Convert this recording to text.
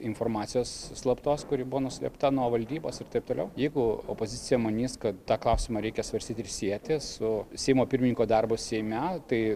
informacijos slaptos kuri buvo nuslėpta nuo valdybos ir taip toliau jeigu opozicija manys kad tą klausimą reikia svarstyti ir sieti su seimo pirmininko darbu seime tai